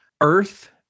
Earth